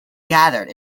gathered